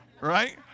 right